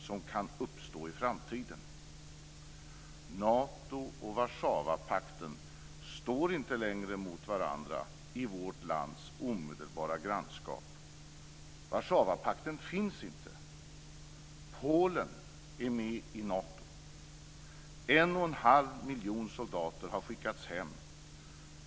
som kan uppstå i framtiden. Nato och Warszawapakten står inte längre mot varandra i vårt lands omedelbara grannskap. Warszawapakten finns inte. Polen är med i Nato. En och en halv miljon soldater har skickats hem.